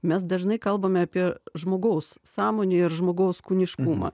mes dažnai kalbame apie žmogaus sąmonę ir žmogaus kūniškumą